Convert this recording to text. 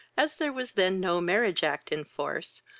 as there was then no marriage-act in force,